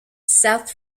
south